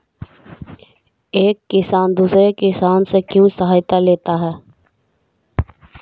एक किसान दूसरे किसान से क्यों सहायता लेता है?